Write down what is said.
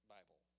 Bible